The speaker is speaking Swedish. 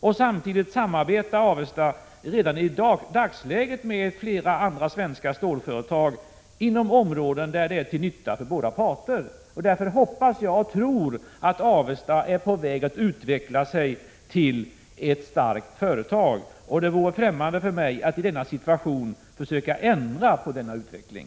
Och Avesta samarbetar redan i dagsläget med flera andra svenska stålföretag inom områden där detta är till nytta för båda parter. Därför hoppas och tror jag att Avesta är på väg att utvecklas till ett starkt företag, och det vore mig främmande att försöka ändra på denna utveckling.